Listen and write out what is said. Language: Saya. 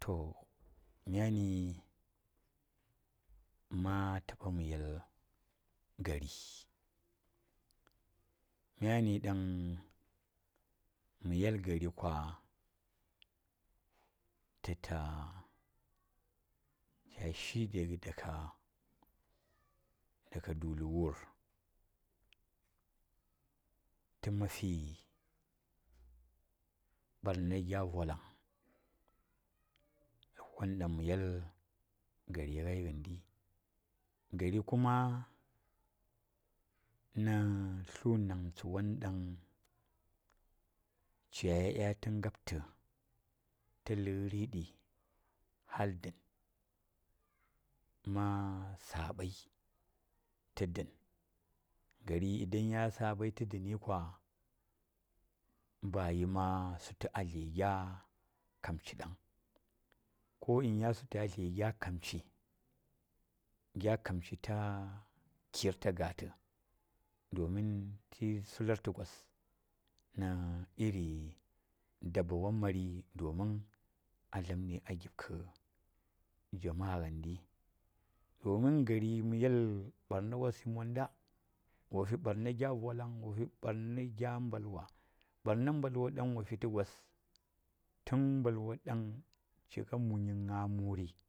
To myani ma taɓa mə yel gari myani ɗan mə yel gari myani ɗaŋ mə gariu kwa tə ta shiɗi ɗaga duli wur tə man fi barna gyavolan, ləb won ɗan mə yel gari kuma nə tlu namtsə wonca yi ɗya tə ngo tə tə ləridi hol dən kuma wo saɓai tə dəni kwa bayi man sutu a dke gya kam ci ɗaŋ ko in ya su tu a dle gya kamci, gya kamci ta kir ta gəta gatə domin tə sulurtə gos nə iri dabba won mari domin a dlamdi a jama'a ngəndi domin gari mə yel ɓarna wos monda, wo fi ɓarna mbalwa ɗaŋ wo fi tə gas tun mɓalwa caa mu nyi nə muri.